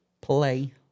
Play